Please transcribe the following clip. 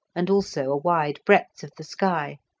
and also a wide breadth of the sky.